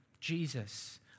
Jesus